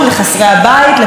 לפועלי הבניין?